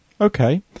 Okay